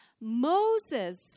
Moses